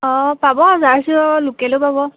অঁ পাব জাৰ্চি আৰু লোকেলো পাব